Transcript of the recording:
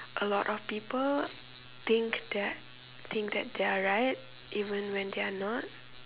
a lot of people think that think that they are right even when they are not